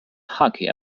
hockey